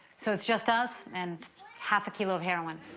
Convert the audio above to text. so it's just us and half a kilo of heroin.